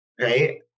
Right